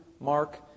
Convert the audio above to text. Mark